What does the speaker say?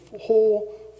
whole